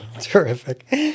Terrific